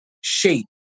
shape